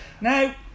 Now